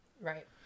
Right